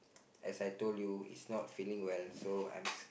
as I told you is not feeling well so I'm